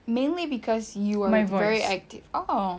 mainly cause you are very active !aww!